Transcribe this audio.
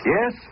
Yes